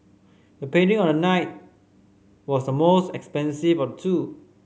the painting on the night was the most expensive of two